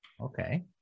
Okay